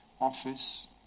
office